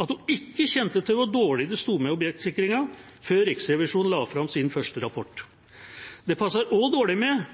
at hun ikke kjente til hvor dårlig det sto til med objektsikringen før Riksrevisjonen la fram sin første rapport. Det passer også dårlig med